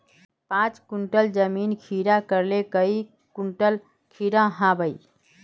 पाँच कट्ठा जमीन खीरा करले काई कुंटल खीरा हाँ बई?